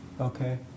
Okay